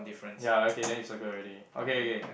ya okay then you circle already okay okay